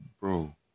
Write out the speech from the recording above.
Bro